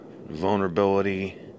vulnerability